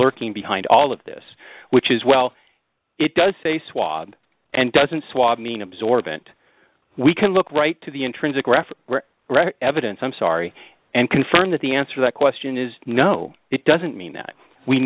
lurking behind all of this which is well it does a swab and doesn't swab mean absorbent we can look right to the intrinsic reference evidence i'm sorry and confirm that the answer that question is no it doesn't mean that we